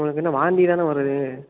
உங்களுக்கு என்ன வாந்தி தானே வருது